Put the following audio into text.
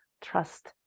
trust